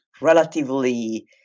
relatively